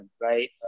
right